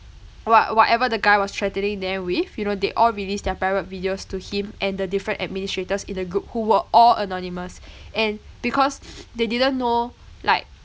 what~ whatever the guy was threatening them with you know they all released their private videos to him and the different administrators in the group who were all anonymous and because they didn't know like